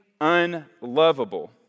unlovable